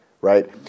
Right